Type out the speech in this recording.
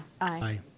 Aye